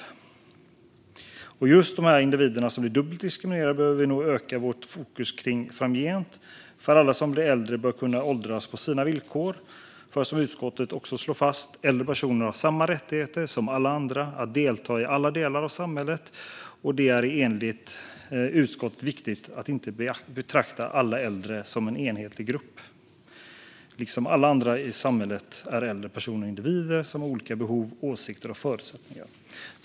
Grönbok om åldrande - Främja solidaritet och ansvar mellan generationerna Just dessa individer som blir dubbelt diskriminerade behöver vi nog öka vårt fokus på framgent. Alla som blir äldre bör kunna åldras på sina villkor. Som utskottet också slår fast: "Äldre personer har samma rättigheter som alla andra att delta i alla delar av samhället, och det är enligt utskottet viktigt att inte betrakta alla äldre som en enhetlig grupp. Liksom andra personer i samhället är äldre personer individer med olika behov, åsikter och förutsättningar."